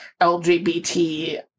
LGBT